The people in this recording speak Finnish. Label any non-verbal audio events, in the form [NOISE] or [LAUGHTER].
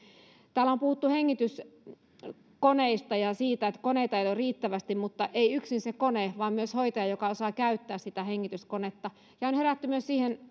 täällä on puhuttu hengityskoneista ja siitä että koneita ei ole riittävästi mutta ei yksin se kone vaan myös hoitaja joka osaa käyttää sitä hengityskonetta ja on herätty myös siihen [UNINTELLIGIBLE]